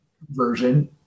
version